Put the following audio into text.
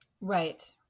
Right